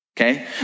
Okay